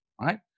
right